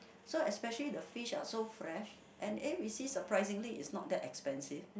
so especially the fish are so fresh and eh we see surprisingly is not that expensive